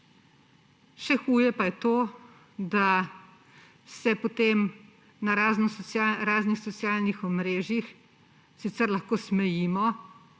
Še huje pa je to, da se potem na raznih socialnih omrežjih sicer lahko smejimo,